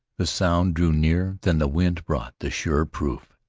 the sound drew near, then the wind brought the sure proof,